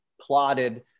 plotted